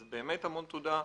אז באמת המון תודה.